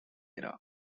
era